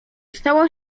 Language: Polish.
stała